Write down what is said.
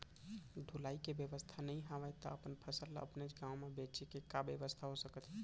ढुलाई के बेवस्था नई हवय ता अपन फसल ला अपनेच गांव मा बेचे के का बेवस्था हो सकत हे?